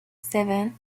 seven